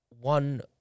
one